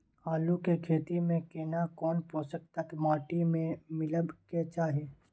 आलू के खेती में केना कोन पोषक तत्व माटी में मिलब के चाही?